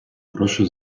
прошу